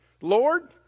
Lord